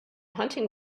hunting